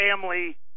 family